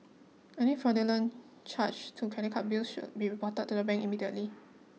any fraudulent charges to credit card bills should be reported to the bank immediately